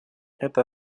это